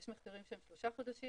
יש מחקרים שהם שלושה חודשים,